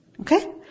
Okay